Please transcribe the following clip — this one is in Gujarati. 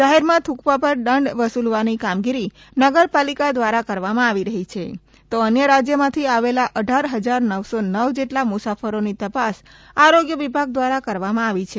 જાહેરમાં થ્રુંકવા પર દંડ વસૂલવાની કામગીરી નગરપાલિકા દ્વારા કરવામાં આવી રહી છે તો અન્ય રાજ્યમાંથી આવેલા અઢાર હજાર નવસો નવ જેટલા મુસાફરોની તપાસ આરોગ્ય વિભાગ દ્વારા કરવામાં આવી છે